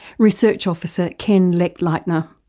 research officer ken lechleitner.